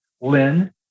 Lynn